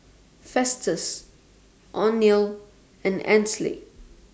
Festus Oneal and Ansley